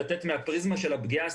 לדבר מהפריזמה של הפגיעה הסטודנטיאלית,